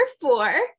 four